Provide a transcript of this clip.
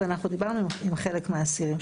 ואנחנו דיברנו עם חלק מהאסירים.